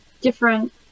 different